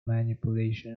manipulation